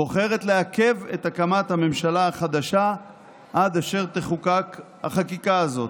בוחרת לעכב את הקמת הממשלה החדשה עד אשר תחוקק החקיקה הזאת.